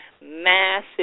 massive